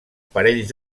parells